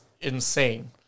insane